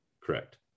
correct